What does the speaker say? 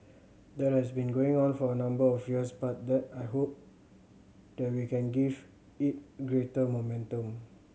that has been going on for a number of years but that I hope that we can give it greater momentum